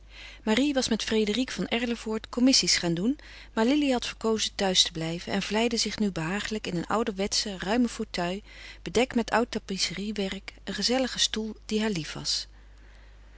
marie was met frédérique van erlevoort commissies gaan doen maar lili had verkozen thuis te blijven en vlijde zich nu behagelijk in een ouderwetschen ruimen fauteuil bedekt met oud tapisseriewerk een gezelligen stoel die haar lief was